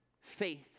faith